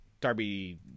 Darby